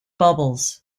bubbles